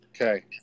Okay